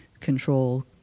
control